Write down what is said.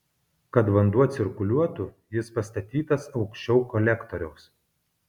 kad vanduo cirkuliuotų jis pastatytas aukščiau kolektoriaus